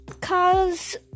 cause